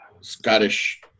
scottish